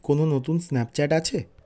কোনো নতুন স্ন্যাপচ্যাট আছে